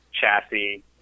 chassis